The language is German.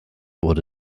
wurde